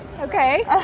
Okay